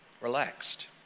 relaxed